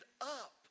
up